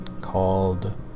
called